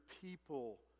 people